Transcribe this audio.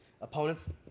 opponents